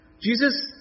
Jesus